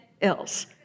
ills